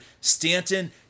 Stanton